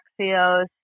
Axios